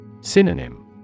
Synonym